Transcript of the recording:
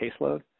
caseload